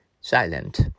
silent